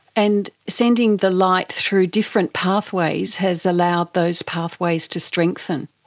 and sending the light through different pathways has allowed those pathways to strengthen.